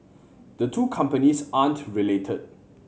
the two companies aren't related